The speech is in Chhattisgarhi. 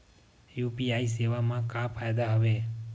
यू.पी.आई सेवा मा का फ़ायदा हवे?